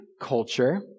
culture